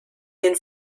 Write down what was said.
den